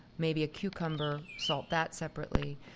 maybe a cucumber salt that separately.